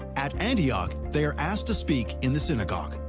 at antioch, they are asked to speak in the synagogue.